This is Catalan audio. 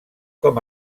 com